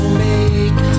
make